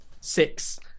six